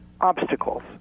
obstacles